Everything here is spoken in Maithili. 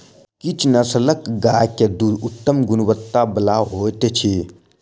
किछ नस्लक गाय के दूध उत्तम गुणवत्ता बला होइत अछि